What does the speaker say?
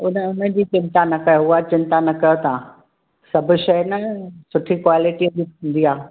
हुन हुन जी चिंता न कयो हुआ चिंता न कयो तव्हां सभु शइ न सुठी क्वालिटीअ जी हूंदी आहे